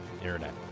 internet